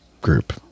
group